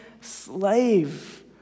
slave